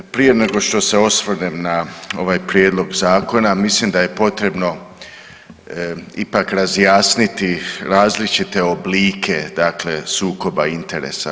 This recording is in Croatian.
Prije nego što se osvrnem na ovaj prijedlog zakona mislim da je potrebno ipak razjasniti različite oblike, dakle sukoba interesa.